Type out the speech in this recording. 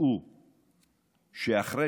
תדעו שאחרי